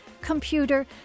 computer